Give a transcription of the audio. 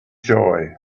joy